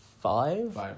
Five